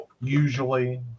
usually